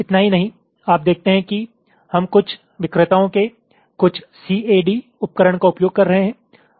इतना ही नहीं आप देखते हैं कि हम कुछ विक्रेताओं के कुछ सीएडी उपकरण का उपयोग कर रहे हैं